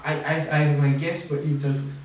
I I I have my guess but you tell first